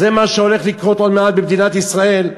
זה מה שהולך לקרות עוד מעט במדינת ישראל.